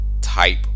type